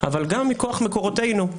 אבל גם מכוח מקורותינו,